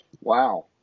Wow